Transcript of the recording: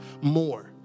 more